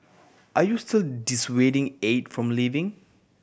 are you still dissuading Aide from leaving